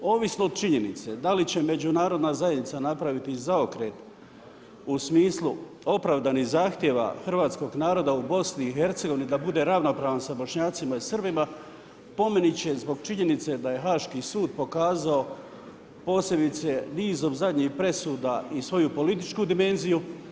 Ovisno o činjenice da li će međunarodna zajednica napraviti zaokret u smislu opravdanog zahtjeva hrvatskog naroda u BIH, da bude ravnopravan sa Bošnjacima i Srbima, po meni će zbog činjenice da je haški sud pokazao posebice nizom zadnjih presuda i sa ovu političku dimenziju.